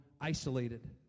isolated